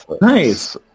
Nice